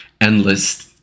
endless